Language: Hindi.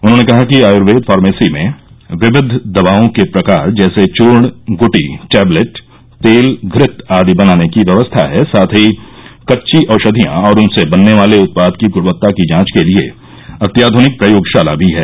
उन्हॉने कहा कि आय्र्वेद फॉर्मेसी में विविध दवाओं के प्रकार जैसे चूर्ण गूटी टैबलेट तेल घृत आदि बनाने की व्यवस्था है साथ ही कच्ची औषधिया और उनसे बनने वाले उत्पाद की गणवत्ता की जांच के लिये अत्याधनिक प्रयोगशाला भी है